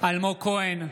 אלמוג כהן,